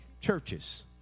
churches